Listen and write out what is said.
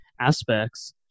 aspects